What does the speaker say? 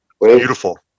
Beautiful